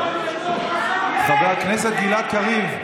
חבר הכנסת גלעד קריב,